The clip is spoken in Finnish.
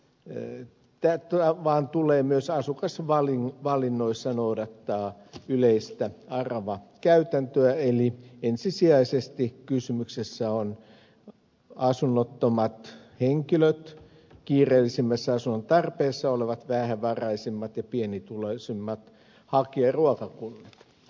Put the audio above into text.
ei mahdollista vaan tulee myös asukasvalinnoissa noudattaa yleistä aravakäytäntöä eli ensisijaisesti kysymyksessä ovat asunnottomat henkilöt kiireellisemmässä asunnon tarpeessa olevat vähävaraisimmat ja pienituloisimmat hakijaruokakunnat